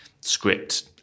script